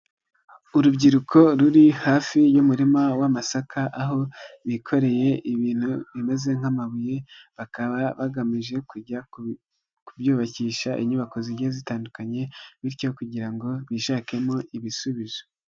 Urubyiruko ruri hafi y'umurima w'amasaka aho bikoreye ibintu bimeze nk'amabuye bakaba bagamije kujya kubyubakisha inyubako zigiye zitandukanye bityo kugira ngo bishakemo ibisubizo.